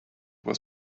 was